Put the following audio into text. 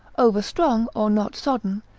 over-strong, or not sodden,